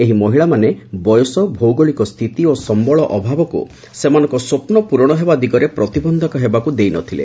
ଏହି ମହିଳାମାନେ ବୟସ ଭୌଗୋଳିକସ୍ଥିତି ଓ ସମ୍ଭଳ ଅଭାବକୁ ସେମାନଙ୍କ ସ୍ୱପ୍ନ ପ୍ରରଣ ହେବା ଦିଗରେ ପ୍ରତିବନ୍ଧକ ହେବାକ୍ ଦେଇ ନ ଥିଲେ